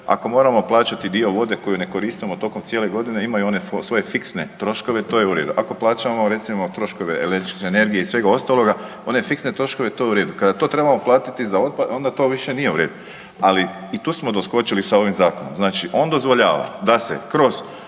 ako moramo plaćati dio vode koju ne koristim tokom cijele godine, imaju one svoje fiksne troškove to je u redu. Ako plaćamo recimo troškove električne energije i svega ostaloga, one fiksne troškove to je u redu. Kada to trebamo platiti za otpad onda to više nije u redu. Ali i tu smo doskočili sa ovim zakonom. Znači on dozvoljava da se kroz